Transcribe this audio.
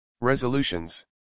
Resolutions